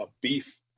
beef